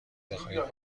بخواهید